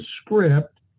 script